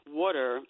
water